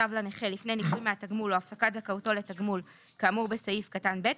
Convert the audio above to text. מהתגמול או הפסקת זכאותו זכותו לתגמול כאמור בסעיף קטן (ב),